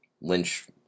Lynch